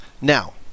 Now